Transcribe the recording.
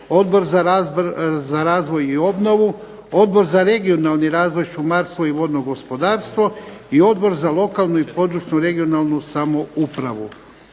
Odbor za razvoj i obnovu, Odbor za regionalni razvoj, šumarstvo i vodno gospodarstvo i Odbor za lokalnu i područnu (regionalnu) samoupravu.